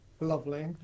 Lovely